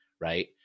right